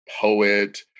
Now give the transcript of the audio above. poet